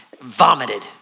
Vomited